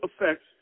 affects